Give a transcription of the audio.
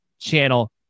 channel